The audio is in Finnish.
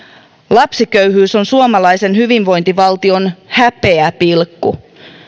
lapsiköyhyys on suomalaisen hyvinvointivaltion häpeäpilkku